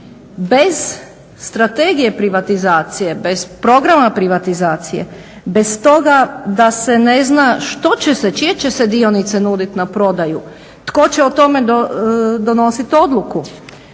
Bez strategije privatizacije, bez programa privatizacije, bez toga da se ne zna što će se, čije će se dionice nuditi na prodaju, tko će o tome donositi odluku.